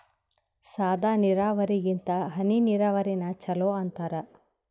ಸಾದ ನೀರಾವರಿಗಿಂತ ಹನಿ ನೀರಾವರಿನ ಚಲೋ ಅಂತಾರ